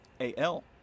A-L